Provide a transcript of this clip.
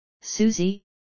Susie